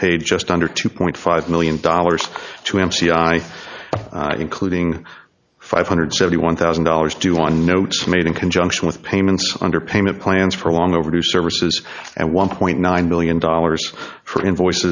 paid just under two point five million dollars to m c i including five hundred seventy one thousand dollars due on notes made in conjunction with payments under payment plans for long overdue services and one point nine million dollars for invoice